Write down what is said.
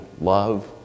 love